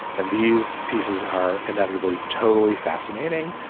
and these pieces are inevitably totally fascinating.